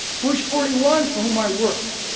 bush forty one, for whom i worked,